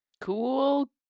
Cool